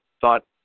thought